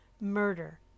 murder